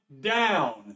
down